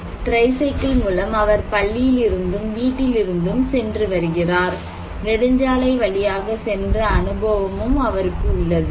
tricycle மூலம் அவர் பள்ளியிலிருந்தும் வீட்டிலிருந்தும் சென்று வருகிறார் நெடுஞ்சாலைகள் வழியாகச் சென்ற அனுபவமும் அவருக்கு உள்ளது